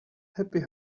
happy